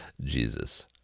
Jesus